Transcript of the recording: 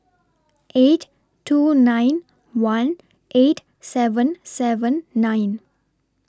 eight two nine one eight seven seven nine